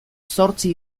zortzi